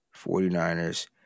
49ers